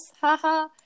haha